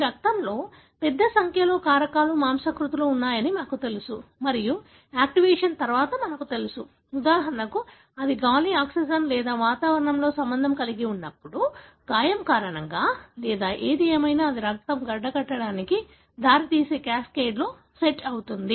మీ రక్తంలో పెద్ద సంఖ్యలో కారకాలు మాంసకృత్తులు ఉన్నాయని మాకు తెలుసు మరియు యాక్టివేషన్ తర్వాత మీకు తెలుసు ఉదాహరణకు అది గాలి ఆక్సిజన్ లేదా వాతావరణంతో సంబంధం కలిగి ఉన్నప్పుడు గాయం కారణంగా లేదా ఏది ఏమైనా అది రక్తం గడ్డకట్టడానికి దారితీసే క్యాస్కేడ్లో సెట్ అవుతుంది